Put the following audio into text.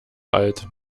alt